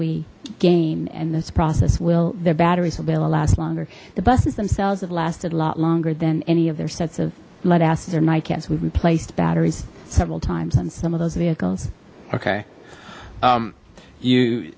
we gain and this process will their batteries will be last longer the buses themselves have lasted a lot longer than any of their sets of blood asses or my cats we replaced batteries several times on some of those vehicles okay you you